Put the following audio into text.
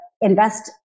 invest